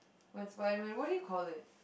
when Spiderman what do you call it